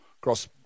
cross